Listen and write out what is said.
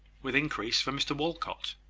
with increase for mr walcot.